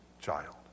child